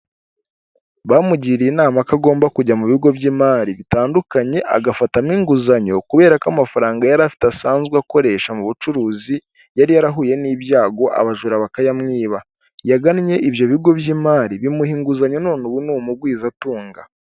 Bamugiriye inama ko agomba kujya mu bigo by'imari bitandukanye agafatamo inguzanyo, kubera ko amafaranga yari afite asanzwe akoresha mu bucuruzi, yari yarahuye n'ibyago abajura bakayamwiba. Yagannye ibyo bigo by'imari bimuha inguzanyo none ubu ni umugwizatunga.